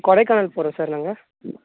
கொடைக்கானல் போகறோம் சார் நாங்கள்